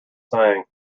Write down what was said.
saying